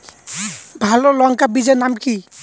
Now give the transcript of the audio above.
ভালো লঙ্কা বীজের নাম কি?